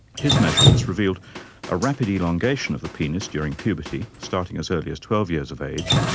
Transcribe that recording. his measurements revealed a rapid elongation of the penis during puberty, starting as early as twelve years of age,